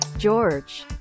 George